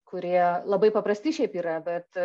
kurie labai paprasti šiaip yra bet